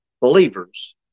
believers